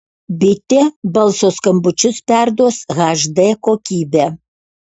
bitė balso skambučius perduos hd kokybe